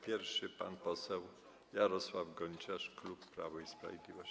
Pierwszy pan poseł Jarosław Gonciarz, klub Prawo i Sprawiedliwość.